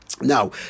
Now